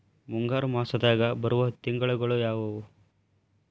ಮುಂಗಾರು ಮಾಸದಾಗ ಬರುವ ತಿಂಗಳುಗಳ ಯಾವವು?